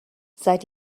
seid